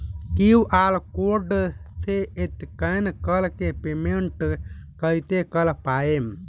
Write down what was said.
QR code से scan कर के पेमेंट कइसे कर पाएम?